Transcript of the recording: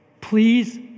please